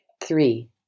Three